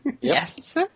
Yes